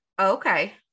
okay